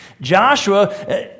Joshua